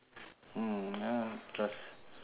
mm ya cause